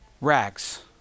Rags